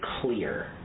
clear